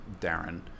Darren